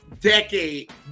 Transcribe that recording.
decade